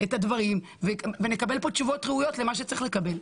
את הדברים ונקבל כאן תשובות ראויות למה שצריך לקבל.